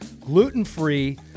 gluten-free